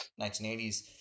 1980s